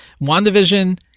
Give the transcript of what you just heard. WandaVision